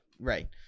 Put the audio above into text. Right